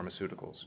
Pharmaceuticals